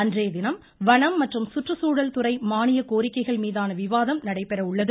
அன்றைய தினம் வனம் மற்றும் சுற்றுசூழல் துறை மானிய கோரிக்கைகள் மீதான விவாதம் நடைபெற உள்ளது